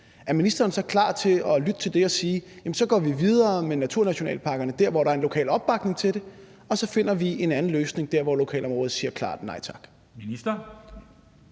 er ministeren så klar til at lytte til det og sige: Så går vi videre med naturnationalparkerne der, hvor der er en lokal opbakning til det, og så finder vi en anden løsning der, hvor lokalområdet siger klart nej tak?